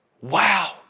Wow